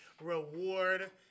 reward